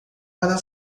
para